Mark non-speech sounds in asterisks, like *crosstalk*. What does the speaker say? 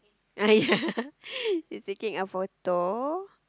uh ya *laughs* he's taking a photo